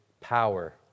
power